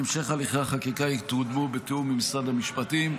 בהמשך הליכי החקיקה יהיו בתיאום עם משרד המשפטים.